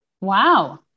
Wow